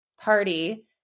party